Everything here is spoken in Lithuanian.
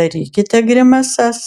darykite grimasas